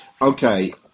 Okay